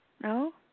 No